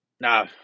nah